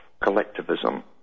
collectivism